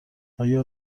آیا